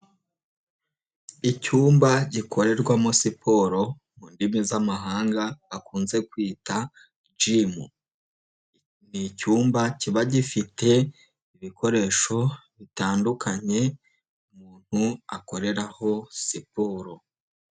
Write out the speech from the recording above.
Icyumba gikorerwamo siporo mu ndimi z'amahanga bakunze kwita Jimu. Ni icyumba kiba gifite ibikoresho bitandukanye umuntu akoreraho siporo.